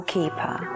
Keeper